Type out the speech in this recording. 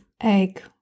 egg